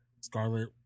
Scarlet